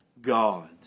God